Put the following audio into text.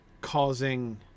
causing